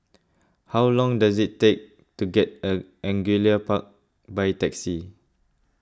how long does it take to get Angullia Park by taxi